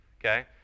okay